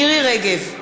מירי רגב,